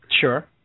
Sure